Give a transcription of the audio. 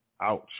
Ouch